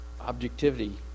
Objectivity